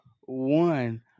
one